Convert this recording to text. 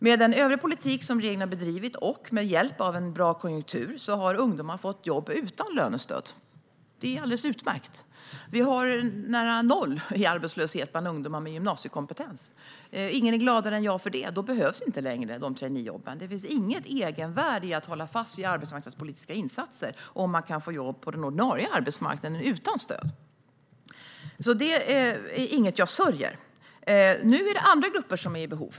Med övrig politik som regeringen har bedrivit, och med hjälp av en bra konjunktur, har ungdomar fått jobb utan lönestöd. Det är alldeles utmärkt. Vi har nära noll i arbetslöshet bland ungdomar med gymnasiekompetens. Ingen är gladare än jag för detta. Då behövs inte längre traineejobben; det finns inget egenvärde i att hålla fast vid arbetsmarknadspolitiska insatser om det går att få jobb på den ordinarie arbetsmarknaden utan stöd. Det är alltså inget jag sörjer. Nu är det andra grupper som är i behov.